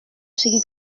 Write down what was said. sigui